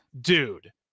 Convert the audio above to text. dude